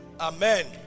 Amen